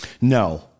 no